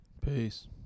Peace